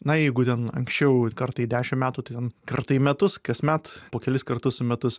na jeigu ten anksčiau kartą į dešim metų ten kartą į metus kasmet po kelis kartus į metus